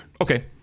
Okay